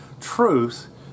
truth